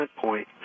point